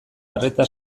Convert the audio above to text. arreta